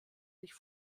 sich